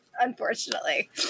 Unfortunately